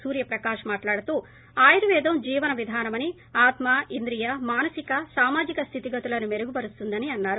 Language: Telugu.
సూర్యప్రకాష్ మాట్లాడుతూ ఆయుర్వేద జీవన విధానమని ఆత్మ ఇంద్రియ మానసిక సామాజిక స్లితి గతులను మెరుగుపరుస్తుందని అన్నారు